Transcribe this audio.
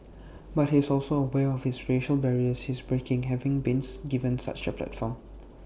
but he's also aware of his racial barriers he's breaking having bean's given such A platform